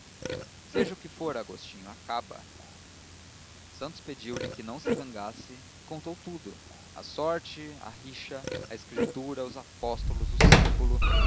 seja o que for agostinho acaba santos pediu-lhe que se não zangasse e contou tudo a sorte a rixa a escritura os apóstolos o símbolo